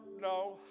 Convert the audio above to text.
no